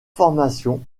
formation